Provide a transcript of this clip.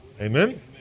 Amen